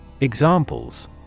Examples